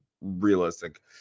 realistic